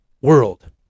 world